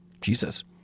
Jesus